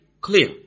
clear